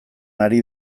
ari